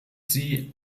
sie